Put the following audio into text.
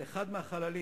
על אחד מהחללים,